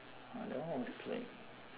ah that one was like